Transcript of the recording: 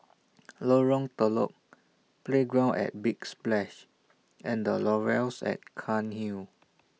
Lorong Telok Playground At Big Splash and The Laurels At Cairnhill